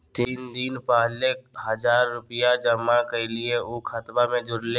तीन दिन पहले हजार रूपा जमा कैलिये, ऊ खतबा में जुरले?